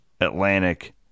Atlantic